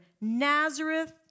Nazareth